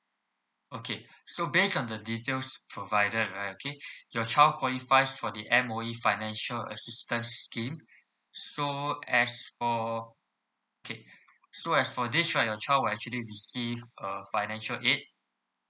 okay so based on the details provided right okay your child qualifies for the M_O_E financial assistant scheme so as for okay so as for this right your child will actually receive uh financial aid